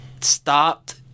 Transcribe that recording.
stopped